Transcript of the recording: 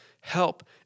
help